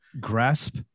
grasp